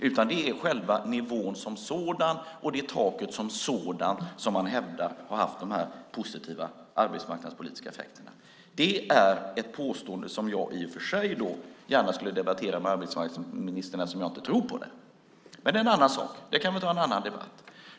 I stället är det själva nivån som sådan och taket som sådant som man hävdar har haft de här positiva arbetsmarknadspolitiska effekterna. Det är ett påstående som jag i och för sig gärna skulle debattera med arbetsmarknadsministern eftersom jag inte tror på det, men det är en annan sak som vi kan ta i en annan debatt.